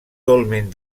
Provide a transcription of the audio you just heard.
dolmen